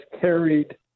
carried